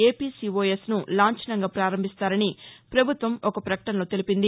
ఏపీసీవోఎస్ను లాంఛనంగా ప్రారంభిస్తారని ప్రభుత్వం ఒక ప్రకటనలో తెలిపింది